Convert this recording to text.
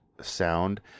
sound